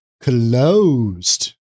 closed